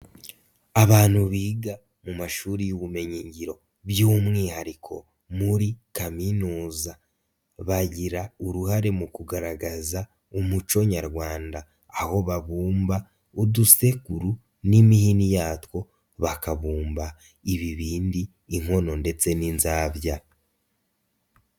Abantu biga mu mashuri y'ubumenyingiro by'umwihariko muri Kaminuza, bagira uruhare mu kugaragaza umuco nyarwanda, aho babumba udusekuru n'imihini yatwo bakabumba ibibindi, inkono ndetse n'inzabya.